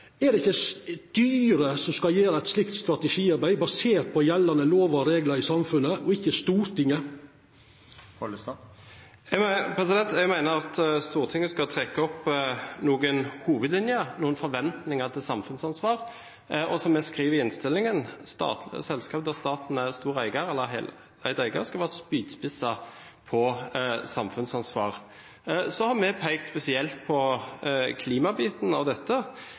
Er det ikkje styret som skal gjera eit slikt strategiarbeid, basert på gjeldande lovar og reglar i samfunnet, og ikkje Stortinget? Jeg mener at Stortinget skal trekke opp noen hovedlinjer, noen forventninger når det gjelder samfunnsansvar. Og, som vi skriver i innstillingen, «selskaper der staten er eier skal være spydspisser på samfunnsansvar». Så har vi spesielt